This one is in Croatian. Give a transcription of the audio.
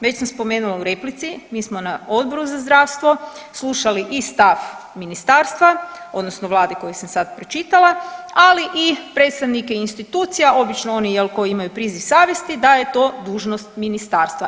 Već sam spomenula u replici mi smo na Odboru za zdravstvo slušali i stav ministarstva odnosno vlade koji sam sad pročitala, ali i predstavnike institucija obično oni jel koji imamu priziv savjesti da je to dužnost ministarstva.